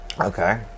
Okay